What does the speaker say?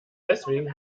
deswegen